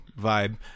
vibe